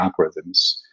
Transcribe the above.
algorithms